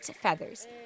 feathers